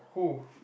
who